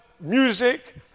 music